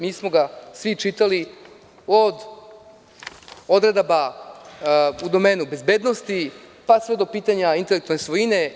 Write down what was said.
Mi smo ga svi čitali, od odredaba u domenu bezbednosti, pa sve do pitanja intelektualne svojine.